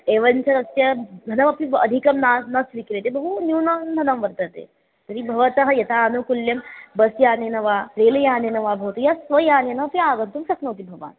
एवञ्च अस्य धनमपि अधिकं नास्ति न स्वीक्रियते बहू न्यूनं धनं वर्तते तर्हि भवतः यथा आनुकूल्यं बस् यानेन वा रेल् यानेन वा भवतु यत् स्वयानेन अपि आगन्तुं शक्नोति भवान्